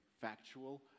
factual